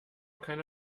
keine